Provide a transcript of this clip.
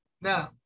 Now